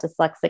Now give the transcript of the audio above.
dyslexic